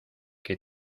que